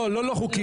לא, לא לא חוקי.